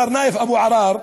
מר נאיף אבו עראר,